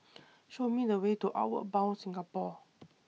Show Me The Way to Outward Bound Singapore